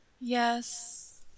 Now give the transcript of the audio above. Yes